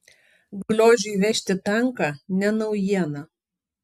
gliožiui vežti tanką ne naujiena